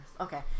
okay